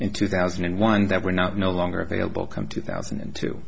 in two thousand and one that were not no longer available come two thousand and two